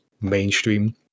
mainstream